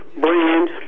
brand